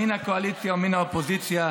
מן הקואליציה ומן האופוזיציה.